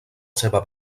seva